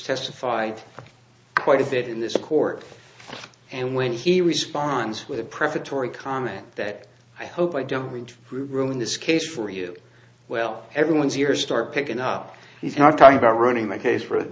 testified quite a bit in this court and when he responds with a prefatory comment that i hope i don't ruin this case for you well everyone's ears start picking up he's not talking about running my case for